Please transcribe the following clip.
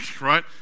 right